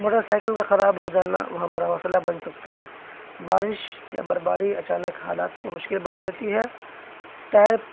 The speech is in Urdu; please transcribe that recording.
موٹر سائیکل کا خراب ہو جانا وہاں بڑا مسئلہ بن سکتا ہے بارش یا برف باری اچانک حالات کو مشکل بنا دیتی ہے ٹائر